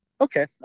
Okay